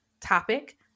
topic